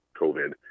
covid